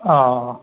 অ